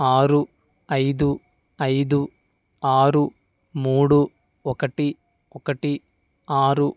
ఆరు ఐదు ఐదు ఆరు మూడు ఒకటి ఒకటి ఆరు